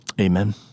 Amen